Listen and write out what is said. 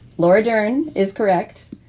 laura dern is correct,